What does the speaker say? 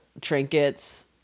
trinkets